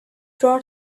brought